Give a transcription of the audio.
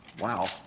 Wow